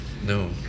No